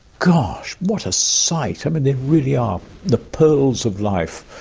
gosh, what a sight. and but they really are the pearls of life.